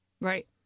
Right